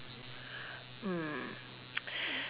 mm